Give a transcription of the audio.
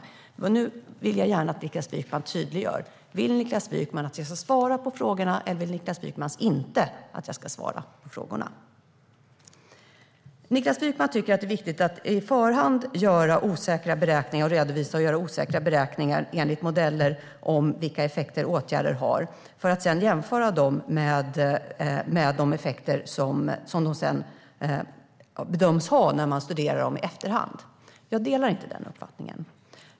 Men jag vill gärna att Niklas Wykman tydliggör: Vill Niklas Wykman att jag ska svara på frågorna, eller vill Niklas Wykman inte att jag ska svara? Niklas Wykman tycker att det är viktigt att på förhand redovisa och göra osäkra beräkningar enligt modeller om vilka effekter åtgärder har för att sedan jämföra dem med de effekter som de bedöms ha när man studerar dem i efterhand. Jag delar inte denna uppfattning.